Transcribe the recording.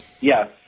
Yes